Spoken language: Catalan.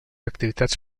activitats